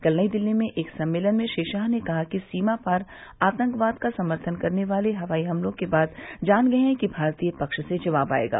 कल नई दिल्ली में एक सम्मेलन में श्री शाह ने कहा कि सीमा पार आतंकवाद का समर्थन करने वाले हवाई हमलों के बाद जान गए हैं कि भारतीय पक्ष से जवाब आएगा